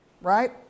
Right